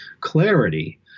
clarity